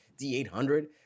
D800